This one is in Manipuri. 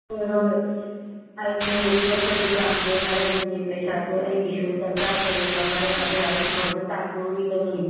ꯍꯣꯏ ꯍꯣꯏ ꯑꯩꯁꯨ ꯁꯣꯠꯄꯗꯤ ꯄꯥꯝꯗꯦ ꯃꯔꯝꯗꯤ ꯄꯩꯁꯥꯗ ꯑꯩꯒꯤꯁꯨ ꯗꯔꯀꯥꯔ ꯂꯩꯌꯦꯕ ꯃꯔꯝ ꯑꯗꯨꯅ ꯑꯩꯁꯨ ꯐꯧꯗꯨ ꯇꯥꯏꯗꯣꯔꯤꯕꯅꯤ